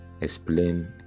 explain